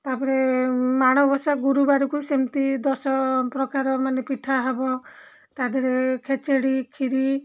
ତାପରେ ମାଣବସା ଗୁରୁବାରକୁ ସେମିତି ଦଶ ପ୍ରକାର ମାନେ ପିଠା ହବ ତା' ଦେହରେ ଖେଚୁଡ଼ି ଖିରି